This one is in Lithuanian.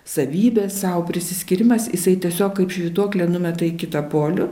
savybės sau prisiskyrimas jisai tiesiog kaip švytuoklė numeta į kitą polių